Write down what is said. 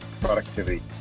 productivity